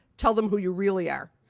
tell them who you really are.